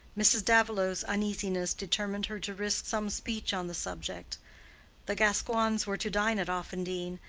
mrs. davilow's uneasiness determined her to risk some speech on the subject the gascoignes were to dine at offendene,